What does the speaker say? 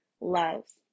loves